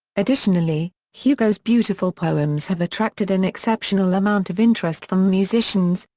additionally, hugo's beautiful poems have attracted an exceptional amount of interest from musicians,